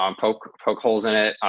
um poke poke holes in it.